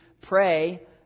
pray